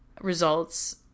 results